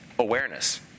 Awareness